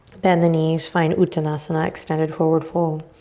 bend the knees. find uttanasana, extended forward fold.